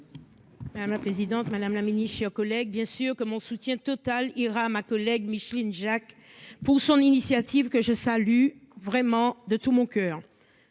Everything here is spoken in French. Madame la présidente madame la mini-, chers collègues. Bien sûr que mon soutien total ira à ma collègue Micheline Jacques pour son initiative que je salue vraiment de tout mon coeur.